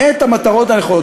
את המטרות הנכונות.